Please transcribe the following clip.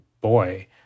boy